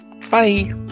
Bye